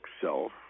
self